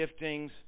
giftings